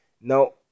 Now